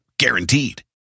Guaranteed